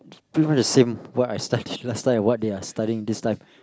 pretty much the same what I study last time and what they are studying this time